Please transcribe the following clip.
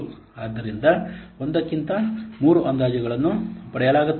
ಆದ್ದರಿಂದ ಒಂದಕ್ಕಿಂತ ಮೂರು ಅಂದಾಜುಗಳನ್ನು ಪಡೆಯಲಾಗುತ್ತದೆ